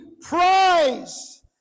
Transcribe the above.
prize